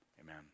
Amen